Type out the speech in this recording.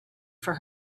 for